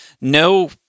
no